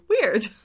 weird